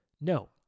No